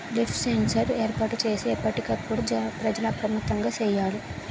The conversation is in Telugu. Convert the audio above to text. లీఫ్ సెన్సార్ ఏర్పాటు చేసి ఎప్పటికప్పుడు ప్రజలు అప్రమత్తంగా సేయాలి